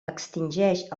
extingeix